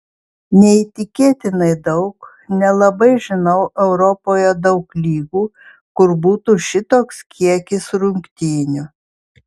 neįtikėtinai daug nelabai žinau europoje daug lygų kur būtų šitoks kiekis rungtynių